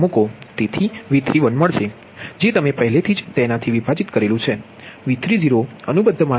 તેથી V31 મલશે જે તમે પહેલેથી જ તેનાથી વિભાજીત કરેલુ છે V30 અનુબદ્ધ માથી 0